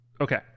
Okay